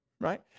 right